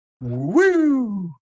Woo